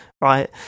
right